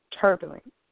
turbulent